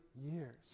years